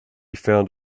found